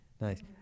Nice